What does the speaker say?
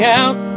out